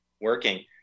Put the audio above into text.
working